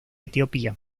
etiopía